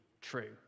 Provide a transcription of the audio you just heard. true